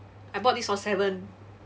I bought this for seven